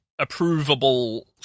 approvable